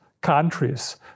countries